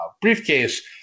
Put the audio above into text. briefcase